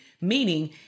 meaning